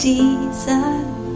Jesus